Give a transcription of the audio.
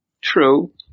true